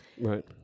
Right